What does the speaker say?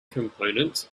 component